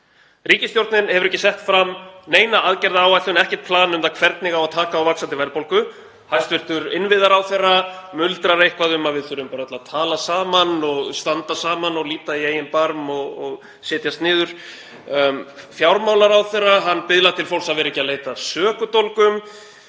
Ríkisstjórnin hefur ekki sett fram neina aðgerðaáætlun, ekkert plan, um það hvernig eigi að taka á vaxandi verðbólgu. Hæstv. innviðaráðherra muldrar eitthvað um að við þurfum öll að tala saman, standa saman, líta í eigin barm og setjast niður. Fjármálaráðherra biðlar til fólks að vera ekki að leita að sökudólgum,